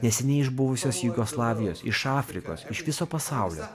neseniai iš buvusios jugoslavijos iš afrikos iš viso pasaulio